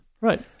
Right